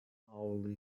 hourly